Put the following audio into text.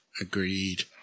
Agreed